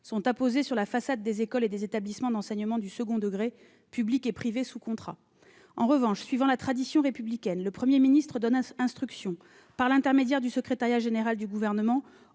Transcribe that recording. sont apposés sur la façade des écoles et des établissements d'enseignement du second degré publics et privés sous contrat ». En revanche, suivant la tradition républicaine, le Premier ministre, par l'intermédiaire du secrétariat général du Gouvernement,